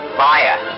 fire